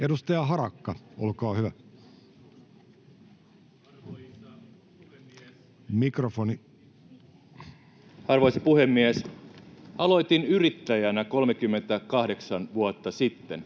Edustaja Harakka, olkaa hyvä. — Mikrofoni. Arvoisa puhemies! Aloitin yrittäjänä 38 vuotta sitten.